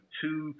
two